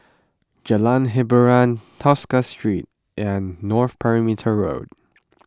Jalan Hiboran Tosca Street and North Perimeter Road